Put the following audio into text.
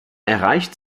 erreicht